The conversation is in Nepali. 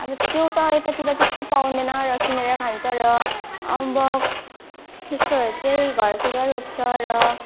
अब स्याउ त यतातिर त्यस्तो पाउँदैन र किनेर खान्छ र अम्बक त्यस्तोहरू चाहिँ घरतिर रोप्छ र